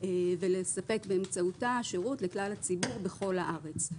ולספק באמצעותה שירות לכלל הציבור בכל הארץ.